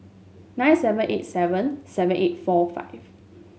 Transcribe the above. nine seven eight seven seven eight four five